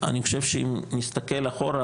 אני חושב שאם נסתכל אחורה,